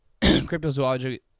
cryptozoology